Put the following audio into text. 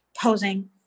posing